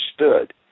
understood